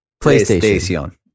PlayStation